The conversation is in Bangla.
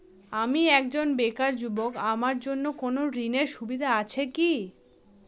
আমি একজন বেকার যুবক আমার জন্য কোন ঋণের সুবিধা আছে কি?